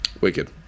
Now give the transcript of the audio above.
wicked